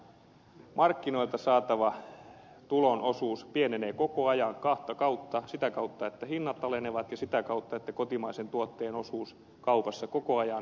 mutta markkinoilta saatava tulon osuus pienenee koko ajan kahta kautta sitä kautta että hinnat alenevat ja sitä kautta että kotimaisen tuotteen osuus kaupassa koko ajan pienenee